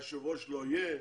היושב ראש לא יהיה,